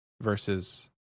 versus